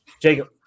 Jacob